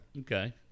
Okay